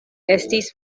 estis